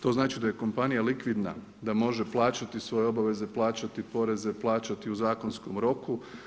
To znači da je kompanija likvidna, da može plaćati svoje obaveze, plaćati poreze, plaćati u zakonskom roku.